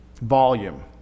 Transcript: volume